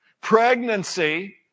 pregnancy